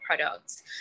products